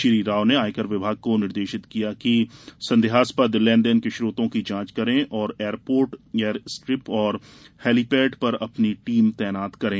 श्री राव ने आयकर विभाग को निर्देशित किया कि संदेहास्पद लेन देन के स्त्रोतों की जाँच करें और एयरपोर्ट एयर स्ट्रिप एवं हेलीपैड पर अपनी टीम तैनात करें